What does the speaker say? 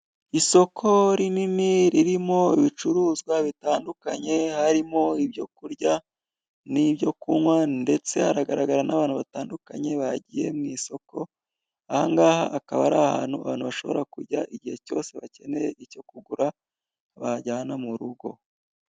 Isoko rinini ririmo ibicuruzwa bitandukanye, harimo ibyo kurya n'ibyo kunywa, ndetse haragaragara n'abantu batandukanye bagiye mu isoko, ahangaha akaba ari ahantu abantu bashobora kujya igihe cyose bakeneye icyo kugura bajyana mu rugo.